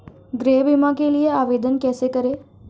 गृह बीमा के लिए आवेदन कैसे करें?